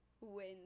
wins